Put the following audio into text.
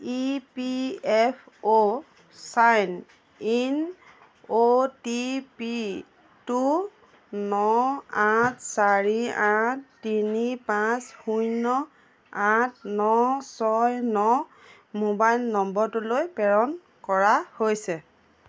ই P F অ' চাইন ইন অ' টি পি টো ন আঠ চাৰি আঠ তিনি পাঁচ শূন্য আঠ ন ছয় ন মোবাইল নম্বৰটোলৈ প্ৰেৰণ কৰা হৈছে